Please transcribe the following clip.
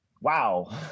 wow